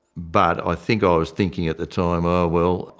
but i think i was thinking at the time oh well,